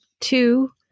two